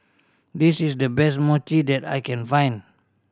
this is the best Mochi that I can find